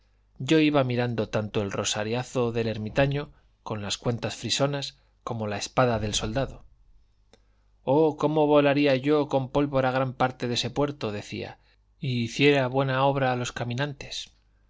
yo iba mirando tanto el rosariazo del ermitaño con las cuentas frisonas como la espada del soldado oh cómo volaría yo con pólvora gran parte de este puerto decía y hiciera buena obra a los caminantes